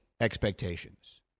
expectations